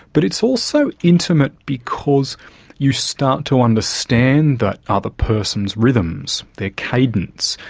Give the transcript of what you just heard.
but it's also intimate because you start to understand that other person's rhythms, their cadence,